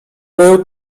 był